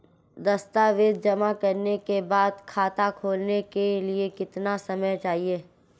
दस्तावेज़ जमा करने के बाद खाता खोलने के लिए कितना समय चाहिए?